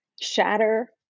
shatter